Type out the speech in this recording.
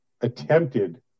attempted